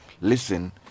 listen